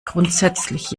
grundsätzlich